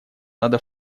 надо